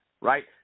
right